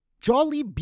Jolly